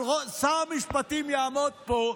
אבל שר המשפטים יעמוד פה,